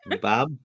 Bob